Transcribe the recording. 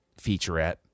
featurette